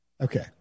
Okay